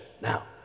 Now